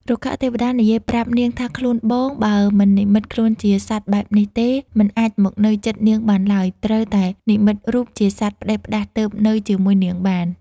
រុក្ខទេវតានិយាយប្រាប់នាងថាខ្លួនបងបើមិននិម្មិត ខ្លួនជាសត្វបែបនេះទេ មិនអាចមកនៅជិតនាងបានឡើយត្រូវតែនិម្មិតរូបជាសត្វផ្ដេសផ្ដាស់ទើបនៅជាមួយ នាងបាន ។